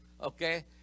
okay